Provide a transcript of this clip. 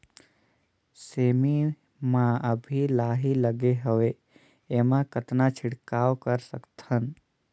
सेमी म अभी लाही लगे हवे एमा कतना छिड़काव कर सकथन?